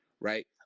right